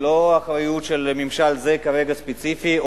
היא לא אחריות של ממשל ספציפי זה,